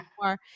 more